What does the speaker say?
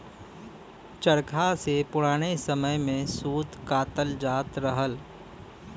चरखा से पुराने समय में सूत कातल जात रहल